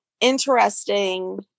interesting